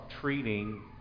treating